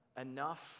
enough